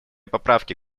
поправки